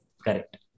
Correct